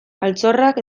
altxorrak